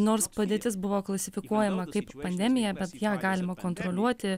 nors padėtis buvo klasifikuojama kaip pandemija bet ją galima kontroliuoti